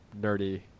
nerdy